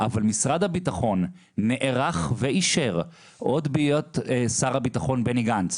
אבל משרד הביטחון נערך ואישר עוד בהיות שר הביטחון בני גנץ